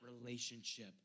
relationship